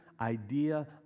idea